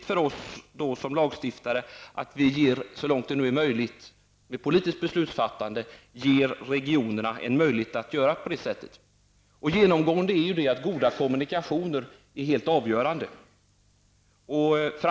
För oss som lagstiftare är det viktigt att vi, så långt det nu är möjligt genom politiskt beslutsfattande, ger regionerna denna möjlighet till utveckling. Genomgående är goda kommunikationer helt avgörande.